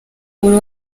buri